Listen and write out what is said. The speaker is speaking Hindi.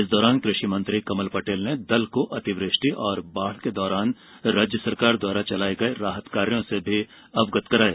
इस दौरान क्रषि मंत्री कमल पटेल ने दल को अतिवृष्टि और बाढ़ के दौरान राज्य सरकार द्वारा चलाए गये राहत कार्यों से अवगत कराया